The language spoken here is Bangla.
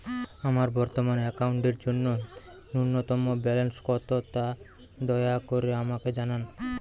আমার বর্তমান অ্যাকাউন্টের জন্য ন্যূনতম ব্যালেন্স কত তা দয়া করে আমাকে জানান